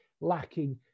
lacking